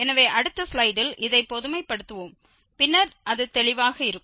எனவே அடுத்த ஸ்லைடில் இதை பொதுமைப்படுத்துவோம் பின்னர் அது தெளிவாக இருக்கும்